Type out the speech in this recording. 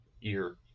year